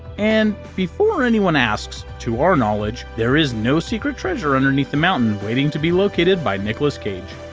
and. before anyone asks. to our knowledge there is no secret treasure underneath the mountain waiting to be located by nicholas cage!